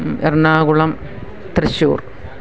Ernakulam Thrissur